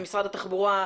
למשרד התחבורה,